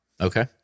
okay